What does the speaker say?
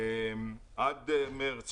עד מרס,